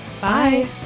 bye